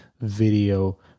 video